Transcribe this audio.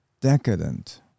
decadent